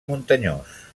muntanyós